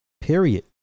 period